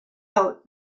out